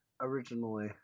Originally